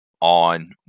on